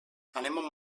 anem